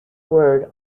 word